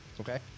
okay